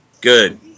Good